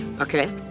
Okay